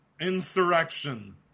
Insurrection